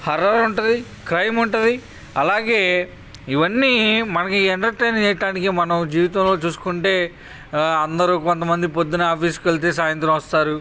horror ఉంటుంది crime ఉంటుంది అలాగే ఇవన్నీ మనకు ఎంటర్టైన్ చేయటానికి మనం జీవితంలో చూసుకుంటే అందరు కొంతమంది పొద్దున్న ఆఫీస్కి వెళితే సాయంత్రం వస్తారు